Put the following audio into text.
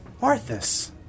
Arthas